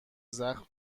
زخم